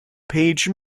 page